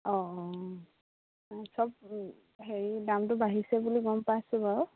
অঁ অঁ চব হেৰি দামটো বাঢ়িছে বুলি গম পাইছোঁ বাৰু